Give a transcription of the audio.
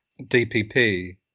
DPP